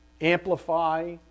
amplify